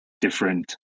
different